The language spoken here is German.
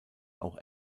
auch